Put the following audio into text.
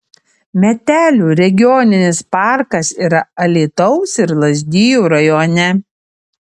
metelių regioninis parkas yra alytaus ir lazdijų rajone